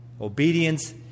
Obedience